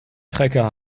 trecker